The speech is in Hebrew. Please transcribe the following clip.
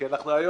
כי אנחנו היום